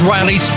Riley